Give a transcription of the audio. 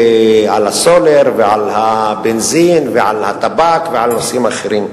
על הסולר ועל הבנזין ועל הטבק ועל נושאים אחרים.